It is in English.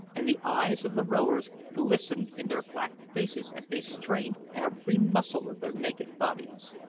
and the eyes of the rowers glistened in their black faces as they strained every muscle of their naked bodies.